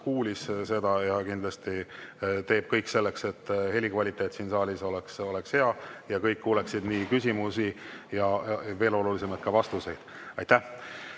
kuulis seda ja kindlasti teeb kõik selleks, et helikvaliteet siin saalis oleks hea ja kõik kuuleksid küsimusi, ja veel olulisem, ka vastuseid. Aitäh!